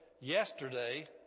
Yesterday